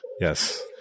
Yes